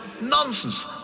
nonsense